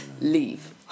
leave